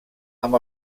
amb